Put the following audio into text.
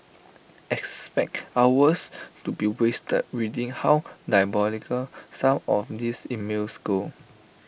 expect hours to be wasted reading how diabolical some of these emails go